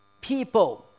people